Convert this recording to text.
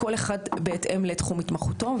כל אחד בהתאם לתחום התמחותו.